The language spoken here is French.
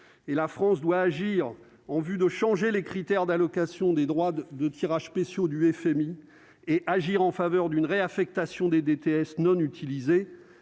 et la France doit agir en vue de changer les critères d'allocations des droits de de tirages spéciaux du FMI et agir en faveur d'une réaffectation des DTS non utilisés,